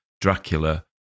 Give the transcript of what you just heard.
Dracula